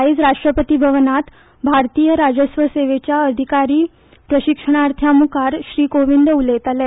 आयज राष्ट्रपती भवनांत भारतीय राजस्व सेवेच्या अधिकारी प्रशिक्षणार्थ्यां मुखार कोविंद उलयताले